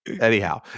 Anyhow